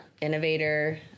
Innovator